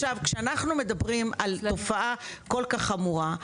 כשאנחנו מדברים על תופעה כול כך חמורה,